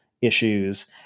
issues